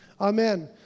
Amen